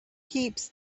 heaps